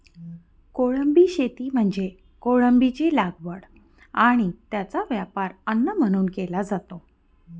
कोळंबी शेती म्हणजे कोळंबीची लागवड आणि त्याचा वापर अन्न म्हणून केला जातो